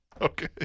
Okay